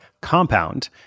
compound